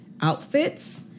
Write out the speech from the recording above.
outfits